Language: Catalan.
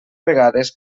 vegades